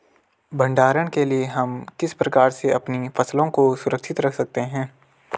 भंडारण के लिए हम किस प्रकार से अपनी फसलों को सुरक्षित रख सकते हैं?